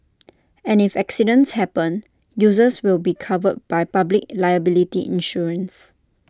and if accidents happen users will be covered by public liability insurance